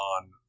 on